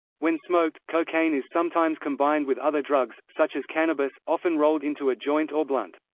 when smoked, cocaine is sometimes combined with other drugs, such as cannabis, often rolled into a joint or blunt.